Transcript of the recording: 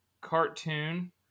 cartoon